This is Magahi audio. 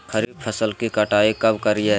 खरीफ फसल की कटाई कब करिये?